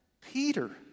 Peter